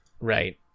Right